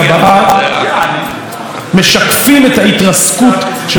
משקפת את ההתרסקות של השמאל הישראלי,